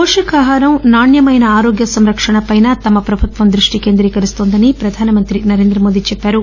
పోషకాహారం నాణ్యమైన ఆరోగ్య సంరక్షణ పైన తమ ప్రభుత్వం దృష్టి కేంద్రీకరిస్తోందని ప్రధానమంత్రి నరేంద్ర మోదీ చెప్పారు